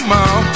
Mom